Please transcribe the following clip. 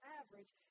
average